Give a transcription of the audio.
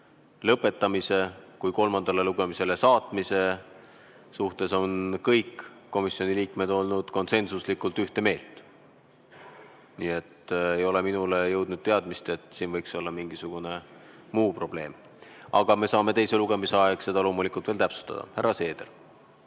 lõpetamise kui ka kolmandale lugemisele saatmise suhtes on kõik komisjoni liikmed olnud konsensuslikult ühte meelt. Minuni ei ole ka jõudnud teadmist, et siin võiks olla mingisugune muu probleem. Aga me saame loomulikult teise lugemise ajal veel seda kõike täpsustada. Härra Seeder.